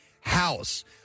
house